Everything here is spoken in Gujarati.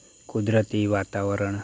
કુદરતી વાતાવરણ